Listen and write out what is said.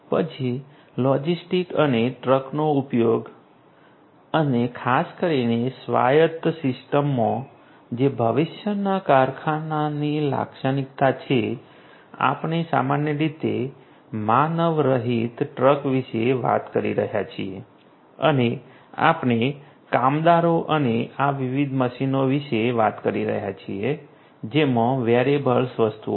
પછી લોજિસ્ટિક્સ અને ટ્રકનો ઉપયોગ અને ખાસ કરીને સ્વાયત્ત સિસ્ટમમાં જે ભવિષ્યના કારખાનાની લાક્ષણિકતા છે આપણે સામાન્ય રીતે માનવરહિત ટ્રક વિશે વાત કરી રહ્યા છીએ અને આપણે કામદારો અને આ વિવિધ મશીનો વિશે વાત કરી રહ્યા છીએ જેમાં વેરેબલ્સ વસ્તુઓ છે